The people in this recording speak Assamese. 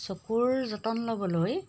চকুৰ যতন ল'বলৈ